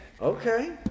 Okay